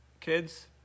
Kids